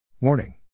Warning